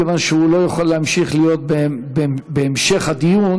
כיוון שהוא לא יכול להמשיך להיות בהמשך הדיון,